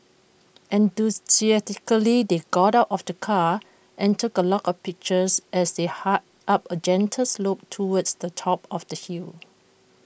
enthusiastically they got out of the car and took A lot of pictures as they hiked up A gentle slope towards the top of the hill